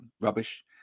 rubbish